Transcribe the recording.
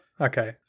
okay